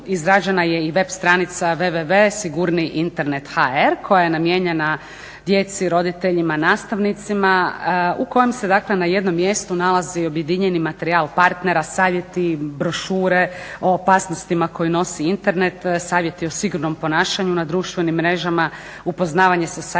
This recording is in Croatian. izrađena je i web stranica www.sigurniinternet.hr koja je namijenjena djeci i roditeljima, nastavnicima u kojem se, dakle na jednom mjestu nalazi objedinjeni materijal partnera, savjeti, brošure o opasnostima koje nosi Internet, … savjet je o sigurnom ponašanju na društvenim mrežama, upoznavanje sa saiber